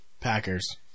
Packers